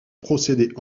procéder